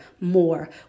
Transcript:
more